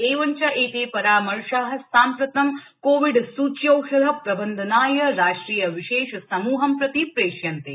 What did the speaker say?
एवञ्च एते परामर्शा साम्प्रतं कोविड सूच्यौषध प्रबन्धनाय राष्ट्रिय विशेष समूहं प्रति प्रेष्यन्ते